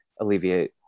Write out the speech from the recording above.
alleviate